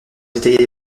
détaillée